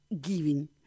giving